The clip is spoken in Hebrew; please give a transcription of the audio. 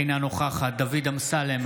אינה נוכחת דוד אמסלם,